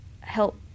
help